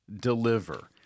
deliver